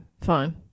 Fine